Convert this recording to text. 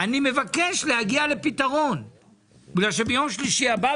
אני מבקש להגיע לפתרון בגלל שביום שלישי הבא,